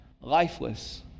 lifeless